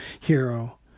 hero